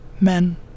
men